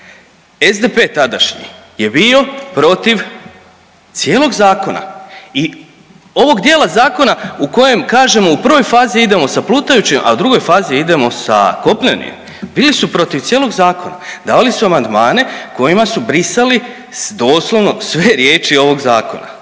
SDP tadašnji je bio protiv cijelog zakona i ovog dijela zakona u kojem kažemo u prvoj fazi idemo sa plutajućim, a u drugoj fazi idemo sa kopnenim bili su protiv cijelog zakona, davali su amandmane kojima su brisali doslovno sve riječi ovog zakona